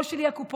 לא של הקופות.